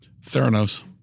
Theranos